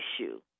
issue